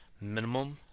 minimum